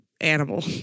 animal